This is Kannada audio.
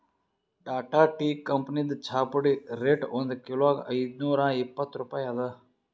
ಟಾಟಾ ಟೀ ಕಂಪನಿದ್ ಚಾಪುಡಿ ರೇಟ್ ಒಂದ್ ಕಿಲೋಗಾ ಐದ್ನೂರಾ ಇಪ್ಪತ್ತ್ ರೂಪಾಯಿ ಅದಾ